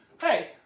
Hey